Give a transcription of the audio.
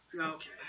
Okay